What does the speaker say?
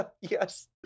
yes